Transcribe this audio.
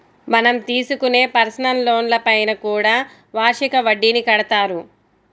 మనం తీసుకునే పర్సనల్ లోన్లపైన కూడా వార్షిక వడ్డీని కడతారు